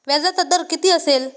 व्याजाचा दर किती असेल?